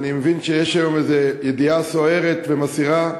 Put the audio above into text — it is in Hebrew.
אני מבין שיש היום איזה ידיעה סוערת ומסעירה,